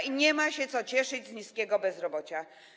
I nie ma się co cieszyć z niskiego bezrobocia.